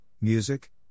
music